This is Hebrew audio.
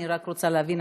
אני רק רוצה להבין,